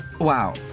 Wow